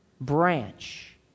branch